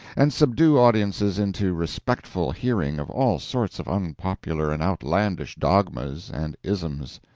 and subdue audiences into respectful hearing of all sorts of unpopular and outlandish dogmas and isms.